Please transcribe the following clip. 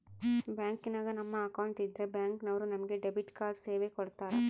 ಬ್ಯಾಂಕಿನಾಗ ನಮ್ಮ ಅಕೌಂಟ್ ಇದ್ರೆ ಬ್ಯಾಂಕ್ ನವರು ನಮಗೆ ಡೆಬಿಟ್ ಕಾರ್ಡ್ ಸೇವೆ ಕೊಡ್ತರ